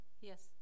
Yes